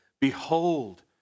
Behold